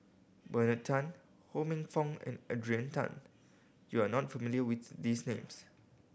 Bernard Tan Ho Minfong and Adrian Tan you are not familiar with these names